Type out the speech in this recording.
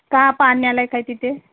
का पाहाण्यालायक आहे तिथे